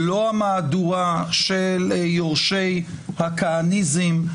לא המהדורה של יורשי הכהניזם,